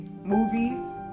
movies